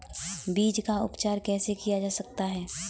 बीज का उपचार कैसे किया जा सकता है?